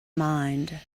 mind